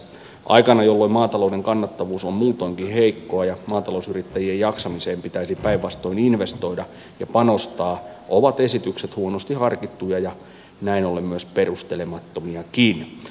aikana jolloin maatalouden kannattavuus on muutoinkin heikkoa ja maatalousyrittäjien jaksamiseen pitäisi päinvastoin investoida ja panostaa ovat esitykset huonosti harkittuja ja näin ollen myös perustelemattomiakin